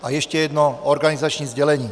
A ještě jedno organizační sdělení.